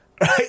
right